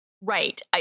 Right